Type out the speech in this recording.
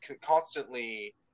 constantly